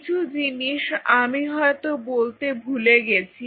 কিছু জিনিস আমি হয়তো বলতে ভুলে গেছি